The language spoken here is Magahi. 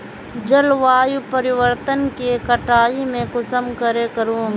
जलवायु परिवर्तन के कटाई में कुंसम करे करूम?